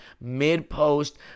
Mid-post